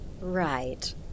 Right